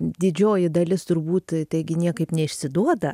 didžioji dalis turbūt taigi niekaip neišsiduoda